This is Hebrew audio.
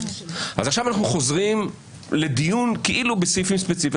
עכשיו אנחנו חוזרים לדיון כאילו בסעיפים ספציפיים.